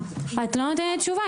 את לא נותנת תשובה,